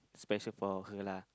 special for her lah